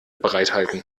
bereithalten